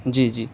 جی جی